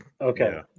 Okay